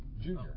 Junior